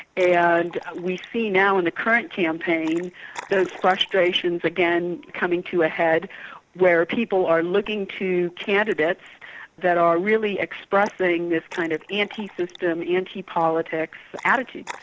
and we see now in the current campaign those frustrations again coming to a head where people are looking to candidates that are really expressing this kind of anti-system, anti-politics, attitude.